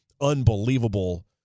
unbelievable